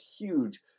huge